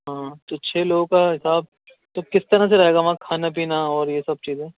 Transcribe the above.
ہاں تو چھ لوگوں کا حساب تو کس طرح سے رہے گا وہاں کھانا پینا اور یہ سب چیزیں